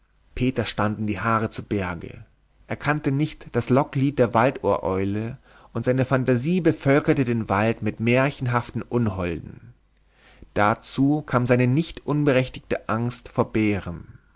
peter standen die haare zu berge er kannte nicht das locklied der waldohreule und seine phantasie bevölkerte den wald mit märchenhaften unholden dazu kam seine nicht unberechtigte angst vor